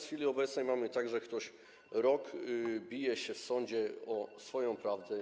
W chwili obecnej jest tak, że ktoś rok bije się w sądzie o swoją prawdę.